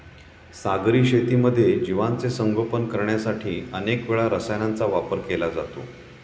सागरी शेतीमध्ये जीवांचे संगोपन करण्यासाठी अनेक वेळा रसायनांचा वापर केला जातो